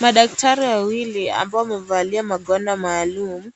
Madaktari wawili ambao wamevalia magwanda maalum.